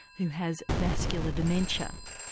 who has vascular dementia.